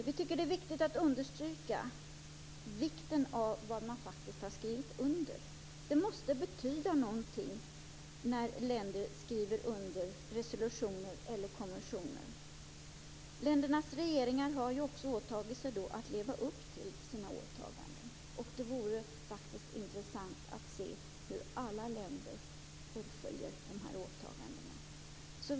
Vi tycker att det är viktigt att understryka betydelsen av vad man faktiskt har skrivit under. Det måste betyda något när länder skriver under resolutioner eller konventioner. Ländernas regeringar har också åtagit sig att leva upp till sina åtaganden. Det vore intressant att se hur alla länder fullföljer åtagandena.